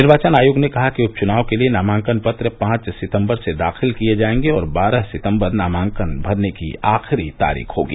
निर्वाचन आयोग ने कहा कि उपचुनाव के लिये नामांकन पत्र पांच सितंबर से दाखिल किये जायेंगे और बारह सितम्बर नामांकन भरने की आखिरी तारीख होगी